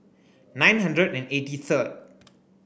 nine hundred and eighty third